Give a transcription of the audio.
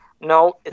No